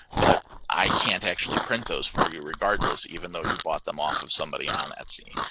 but i can't actually print those for you regardless, even though you bought them off of somebody on etsy.